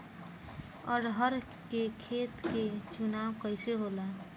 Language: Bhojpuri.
अरहर के खेत के चुनाव कइसे होला?